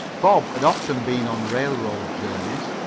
bob had often been on railroad journeys,